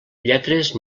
lletres